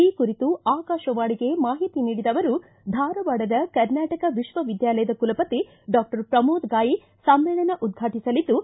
ಈ ಕುರಿತು ಆಕಾಶವಾಣಿಗೆ ಮಾಹಿತಿ ನೀಡಿದ ಅವರು ಧಾರವಾಡದ ಕರ್ನಾಟಕ ವಿಶ್ವವಿದ್ಯಾಲಯದ ಕುಲಪತಿ ಡಾಕ್ಟರ್ ಪ್ರಮೋದ ಗಾಯಿ ಸಮ್ಮೇಳನ ಉದ್ಘಾಟಿಸಲಿದ್ದು